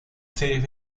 series